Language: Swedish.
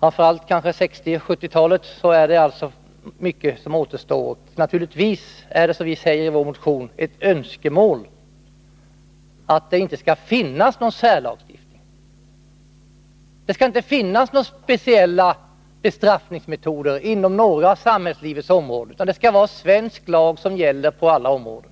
framför allt 1960 och 1970-talet, är det mycket som återstår. Naturligtvis är det, som vi säger i vår motion, ett önskemål att det inte skall finnas någon särlagstiftning. Det skall inte finnas några speciella bestraffningsmetoder inom några av samhällslivets områden, utan svensk lag skall gälla på alla områden.